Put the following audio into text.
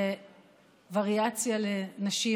ווריאציה לנשים,